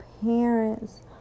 parents